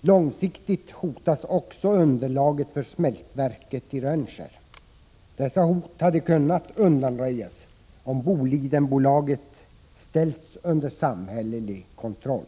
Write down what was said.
Långsiktigt hotas också underlaget för smältverket i Rönnskär. Dessa hot hade kunnat undanröjas om Bolidenbolaget ställts under samhällelig kontroll.